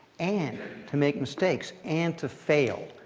and to make mistakes and to fail.